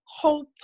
hope